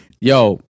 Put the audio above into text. yo